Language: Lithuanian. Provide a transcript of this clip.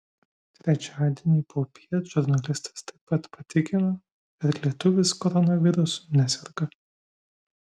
trečiadienį popiet žurnalistas taip pat patikino kad lietuvis koronavirusu neserga